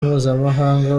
mpuzamahanga